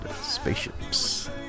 spaceships